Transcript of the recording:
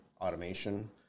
automation